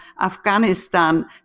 Afghanistan